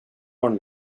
hon